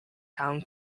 town